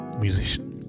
musician